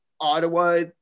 Ottawa